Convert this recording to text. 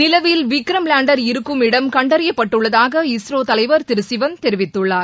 நிலவில் விக்ரம் லேண்டர் இருக்கும் இடம் கண்டறியப்பட்டுள்ளதாக இஸ்ரோ தலைவர் திரு சிவன் தெரிவித்துள்ளார்